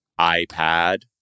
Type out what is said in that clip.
iPad